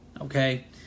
okay